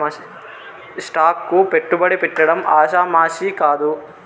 stock కు పెట్టుబడి పెట్టడం ఆషామాషీ కాదు